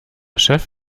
chef